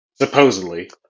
Supposedly